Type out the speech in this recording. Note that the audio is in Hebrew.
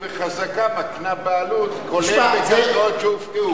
וחזקה מקנה בעלות, כולל בקרקעות שהופקעו.